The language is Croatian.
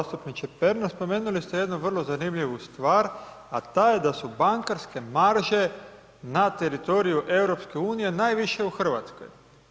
Zastupniče Pernar, spomenuli ste jednu vrlo zanimljivu stvar a ta je da su bankarske marže na teritoriju EU najviše u Hrvatskoj.